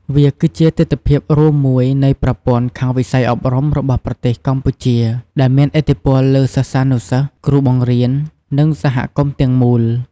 វាគឺជាទិដ្ឋភាពរួមមួយនៃប្រព័ន្ធខាងវិស័យអប់រំរបស់ប្រទេសកម្ពុជា ដែលមានឥទ្ធិពលលើសិស្សានុសិស្ស គ្រូបង្រៀន និងសហគមន៍ទាំងមូល។